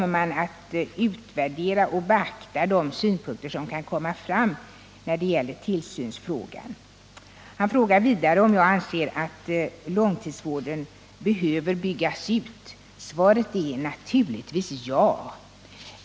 Man kommer att utvärdera och beakta de synpunkter som kan komma fram när det gäller tillsynsfrågan. Vidare frågar Göran Karlsson om jag anser att långtidsvården behöver byggas ut. Svaret är naturligtvis ja.